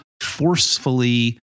forcefully